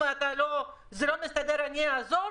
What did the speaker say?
אם אתה לא מסתדר, אני אעזור.